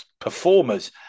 performers